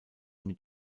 mit